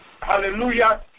Hallelujah